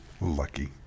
lucky